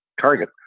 target